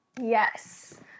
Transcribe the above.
Yes